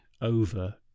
over